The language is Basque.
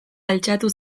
altxatu